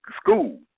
school